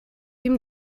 ihm